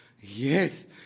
Yes